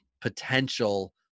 potential